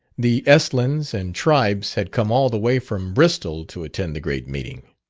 the estlins and tribes had come all the way from bristol to attend the great meeting.